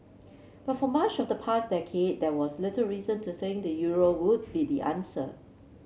but for much of the past decade there was little reason to think the euro would be the answer